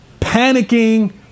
panicking